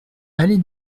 allez